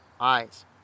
eyes